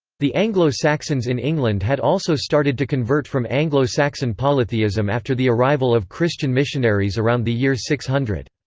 the anglo-saxons in england had also started to convert from anglo-saxon polytheism after the arrival of christian missionaries around the year six hundred.